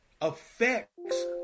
affects